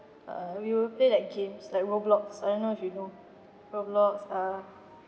uh we will play like games like roadblocks I don't know if you know roadblocks uh